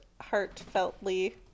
heartfeltly